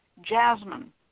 jasmine